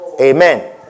Amen